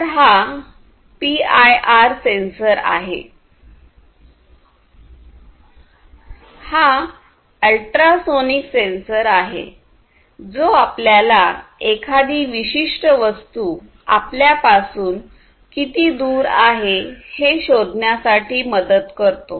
तर हा PIR sensor आहे हा अल्ट्रासोनिक सेंसर आहे जो आपल्याला एखादी विशिष्ट वस्तू आपल्या पासून किती दूर आहे हे शोधण्यासाठी मदत करतो